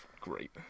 great